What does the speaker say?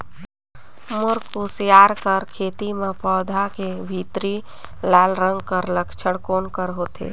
मोर कुसियार कर खेती म पौधा के भीतरी लाल रंग कर लक्षण कौन कर होथे?